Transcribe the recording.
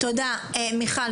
מיכל,